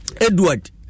Edward